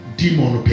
demon